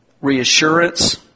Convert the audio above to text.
reassurance